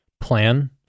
plan